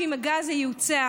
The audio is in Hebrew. אם הגז ייוצא,